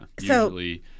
Usually